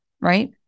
right